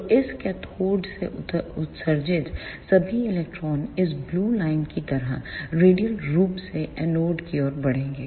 तो इस कैथोड से उत्सर्जित सभी इलेक्ट्रॉन इस ब्लू लाइन की तरह रेडियल रूप से एनोड की ओर बढ़ेंगे